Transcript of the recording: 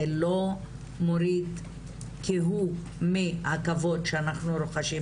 זה לא מוריד כהוא מהכבוד שאנחנו רוחשים